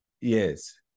Yes